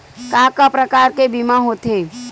का का प्रकार के बीमा होथे?